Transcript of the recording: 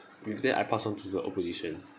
with that I pass on to the opposition